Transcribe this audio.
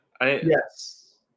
Yes